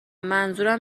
منظورم